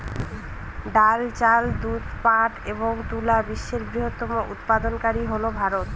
ডাল, চাল, দুধ, পাট এবং তুলা বিশ্বের বৃহত্তম উৎপাদনকারী হল ভারত